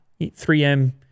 3M